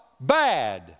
bad